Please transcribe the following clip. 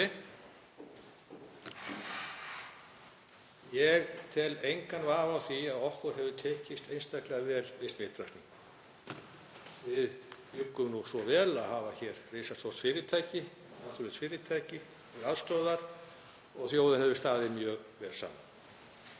Ég tel engan vafa á því að okkur hefur tekist einstaklega vel við smitrakningu. Við bjuggum svo vel að hafa hér risastórt fyrirtæki, alþjóðlegt fyrirtæki, til aðstoðar og þjóðin hefur staðið mjög vel saman.